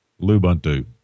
Lubuntu